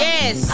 Yes